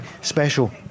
special